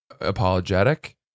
apologetic